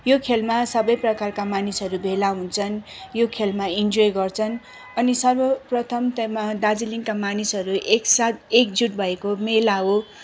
यो खेलमा सबै प्रकारका मानिसहरू भेला हुन्छन् यो खेलमा इन्जोय गर्छन अनि सर्वप्रथम त त्योमा दार्जिलिङका मानिसहरू एकसाथ एकजुट भएको मेला हो